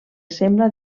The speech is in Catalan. sembla